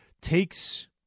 takes